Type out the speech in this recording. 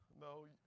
no